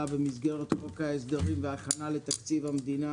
במסגרת חוק ההסדרים והכנה לתקציב המדינה.